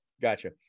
Gotcha